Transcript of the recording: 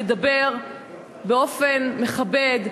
לדבר באופן מכבד,